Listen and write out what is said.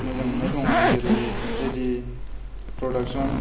मोजां मोननाय दं जेरै जे दि प्रदाकसन